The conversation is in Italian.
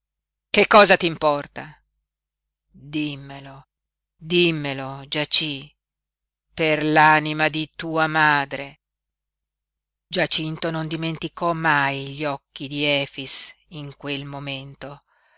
che cosa t'importa dimmelo dimmelo giací per l'anima di tua madre giacinto non dimenticò mai gli occhi di efix in quel momento